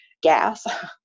gas